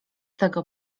tego